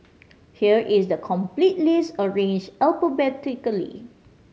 here is the complete list arranged alphabetically